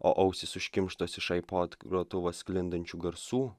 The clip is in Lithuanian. o ausys užkimštos iš aipod grotuvo sklindančių garsų